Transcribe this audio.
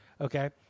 okay